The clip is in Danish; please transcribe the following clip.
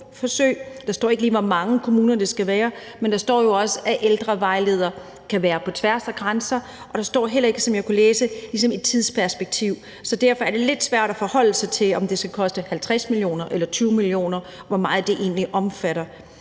men der står ikke lige, hvor mange kommuner det skal gælde. Der står også, at ældrevejledere kan gå på tværs af grænser, men der står heller ikke, som jeg læser det, noget om et tidsperspektiv. Derfor er det lidt svært at forholde sig til, om det skal koste 50 mio. kr. eller 20 mio. kr., og hvor meget det egentlig omfatter.